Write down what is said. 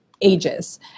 ages